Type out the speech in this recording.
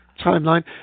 timeline